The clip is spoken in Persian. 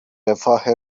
رفاه